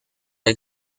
del